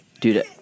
Dude